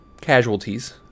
casualties